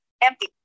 empty